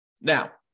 Now